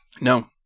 No